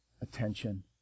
attention